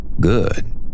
Good